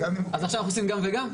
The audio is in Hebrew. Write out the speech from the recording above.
אז עכשיו אנחנו עושים גם וגם?